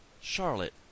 Charlotte